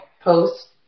post